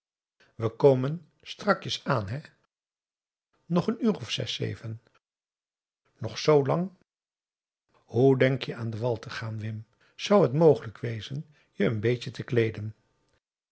we komen strakjes aan hè nog een uur of zes zeven nog zoo lang hoe denk je aan den wal te gaan wim zou het mogelijk wezen je n beetje te kleeden